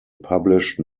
published